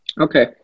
Okay